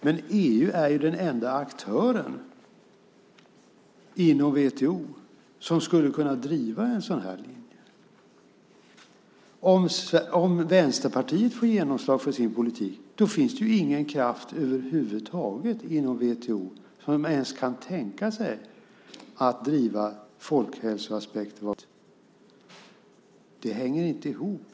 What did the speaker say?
Men EU är ju den enda aktören inom WTO som skulle kunna driva en sådan här linje. Om Vänsterpartiet får genomslag för sin politik finns det ingen kraft över huvud taget inom WTO som ens kan tänka sig att driva folkhälsoaspekten vad beträffar vin och sprit.